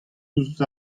ouzh